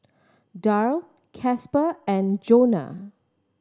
Darl Casper and Johnna